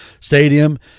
stadium